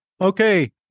Okay